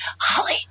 Holly